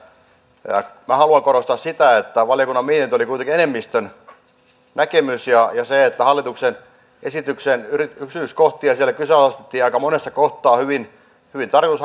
minä haluan korostaa sitä että valiokunnan mietintö oli kuitenkin enemmistön näkemys ja että hallituksen esityksen yksityiskohtia siellä kyseenalaistettiin aika monessakin kohtaa hyvin tarkoitushakuisesti